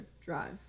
drive